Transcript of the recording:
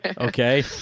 Okay